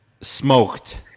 smoked